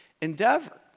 endeavor